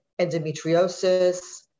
endometriosis